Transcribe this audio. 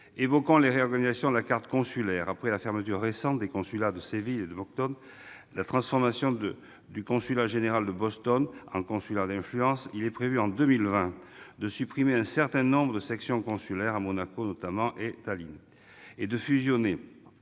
Évoquons les réorganisations de la carte consulaire. Après la fermeture récente des consulats de Séville et de Moncton, après la transformation du consulat général de Boston en consulat d'influence, il est prévu en 2020 de supprimer un certain nombre de sections consulaires, notamment à Monaco et Tallinn, et de fusionner